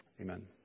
Amen